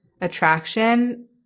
attraction